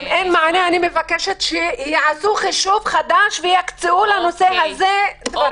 אם אין מענה אני מבקשת שיעשו חישוב חדש ויקצו לנושא הזה תקנים.